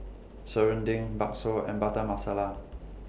Serunding Bakso and Butter Masala